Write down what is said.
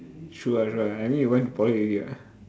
true ah true ah I mean you went to poly already ah